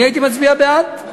אני הייתי מצביע בעד.